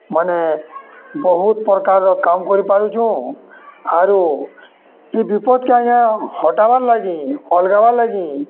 ମାନେ ବହୁତ୍ ପ୍ରକାରର୍ କାମ୍ କରିପାରୁଛୁଁ ଆରୁ ଇ ବିପଦ୍କେ ଆଜ୍ଞା ହଟାବାର୍ ଲାଗି ଅଲ୍ଗାବାର୍ ଲାଗି